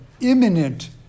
imminent